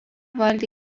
valdė